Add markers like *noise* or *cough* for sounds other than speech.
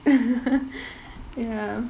*laughs* ya